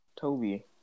Toby